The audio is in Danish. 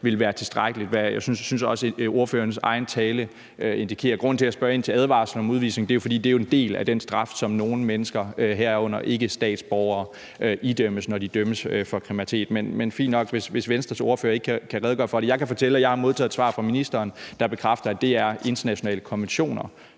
vil være tilstrækkelig, hvad jeg synes ordførerens egen tale også indikerer. Grunden til, at jeg spørger ind til advarsler om udvisning, er, at det er en del af den straf, som nogle mennesker, herunder ikkestatsborgere, idømmes, når de dømmes for kriminalitet. Men det er fint nok, hvis Venstres ordfører ikke kan redegøre for det. Jeg kan fortælle, at jeg har modtaget et svar fra ministeren, der bekræfter, at det er internationale konventioner,